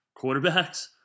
Quarterbacks